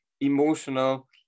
emotional